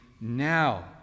now